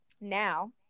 Now